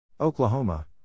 Oklahoma